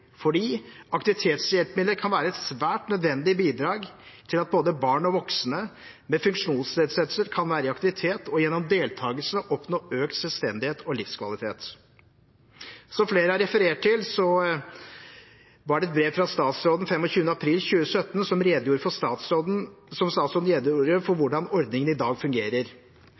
fordi aktivitetshjelpemidler kan være et svært nødvendig bidrag til at både barn og voksne med funksjonsnedsettelser kan være i aktivitet og gjennom deltakelse oppnå økt selvstendighet og livskvalitet. Som flere har referert til, var det i et brev av 25. april 2017 at statsråden redegjorde for hvordan ordningene i dag fungerer.